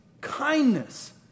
kindness